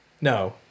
No